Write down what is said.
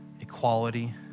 equality